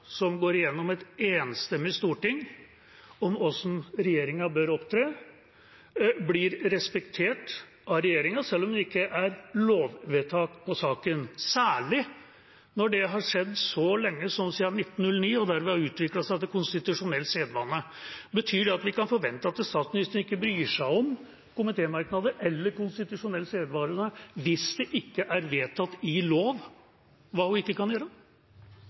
som går igjennom et enstemmig storting, om hvordan regjeringa bør opptre, blir respektert av regjeringa selv om det ikke er lovvedtak i saken – særlig når det har skjedd for så lenge siden som 1909, og dermed har utviklet seg til konstitusjonell sedvane. Betyr det at vi kan forvente at statsministeren ikke bryr seg om komitémerknader eller konstitusjonell sedvane hvis det ikke er vedtatt i lov hva hun ikke kan gjøre?